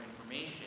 information